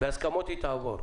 בהסכמות היא תעבוד.